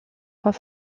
trois